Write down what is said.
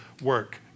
work